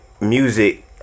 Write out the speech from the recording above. music